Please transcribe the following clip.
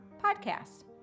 podcast